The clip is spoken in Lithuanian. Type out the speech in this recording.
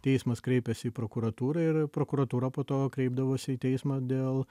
teismas kreipiasi į prokuratūrą ir prokuratūra po to kreipdavosi į teismą dėl